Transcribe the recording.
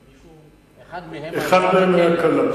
אחד מהם היה בכלא.